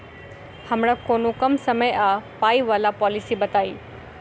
हमरा कोनो कम समय आ पाई वला पोलिसी बताई?